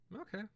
Okay